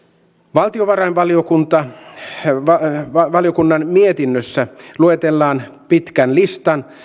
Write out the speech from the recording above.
valtiovarainvaliokunnan mietinnössä luetellaan pitkä lista